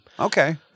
Okay